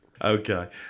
Okay